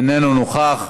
איננו נוכח.